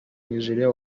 nijeriya